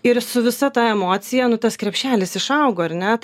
ir su visa ta emocija nu tas krepšelis išaugo ar ne